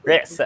Yes